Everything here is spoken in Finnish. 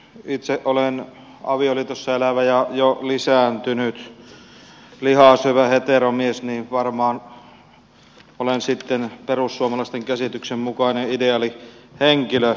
itse kun olen avioliitossa elävä ja jo lisääntynyt lihaa syövä heteromies niin varmaan olen sitten perussuomalaisten käsityksen mukainen ideaalihenkilö